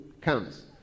comes